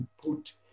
put